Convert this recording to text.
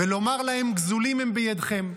ולומר להם: גזולים הם בידיכם.